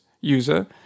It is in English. user